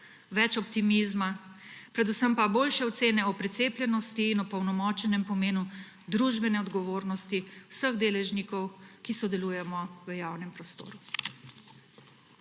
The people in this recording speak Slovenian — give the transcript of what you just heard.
več optimizma, predvsem pa boljše ocene o precepljenosti in opolnomočenem pomenu družbene odgovornosti vseh deležnikov, ki sodelujemo v javnem prostoru.